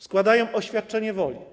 Składają oświadczenie woli.